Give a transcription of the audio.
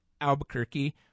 Albuquerque